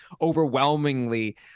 overwhelmingly